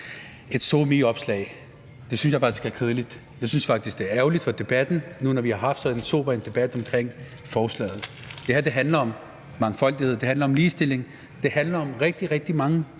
et SoMe-opslag. Det synes jeg faktisk er kedeligt. Jeg synes faktisk, det er ærgerligt for debatten nu, hvor vi har haft så sober en debat om forslaget. Det her handler om mangfoldighed. Det handler om ligestilling. Det handler om rigtig, rigtig mange